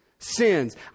Sins